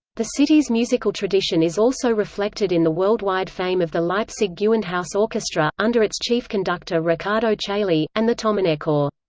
the city's musical tradition is also reflected in the worldwide fame of the leipzig gewandhaus orchestra, under its chief conductor riccardo chailly, and the thomanerchor.